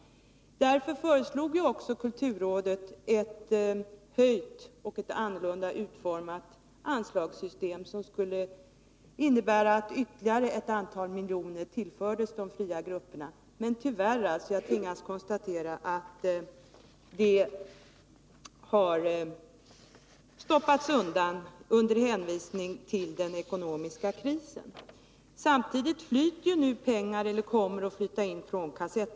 Kulturrådet föreslog ju därför ett höjt och annorlunda utformat anslagssystem, som skulle innebära att ytterligare ett antal miljoner tillfördes de fria grupperna, men jag tvingas tyvärr konstatera att detta har stoppats undan under hänvisning till den ekonomiska krisen. Samtidigt kommer det nu att flyta in pengar via kassettskatten.